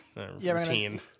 routine